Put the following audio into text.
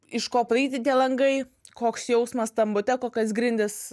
iš ko padaryti tie langai koks jausmas tam bute kokios grindis